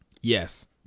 yes